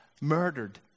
murdered